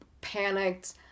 panicked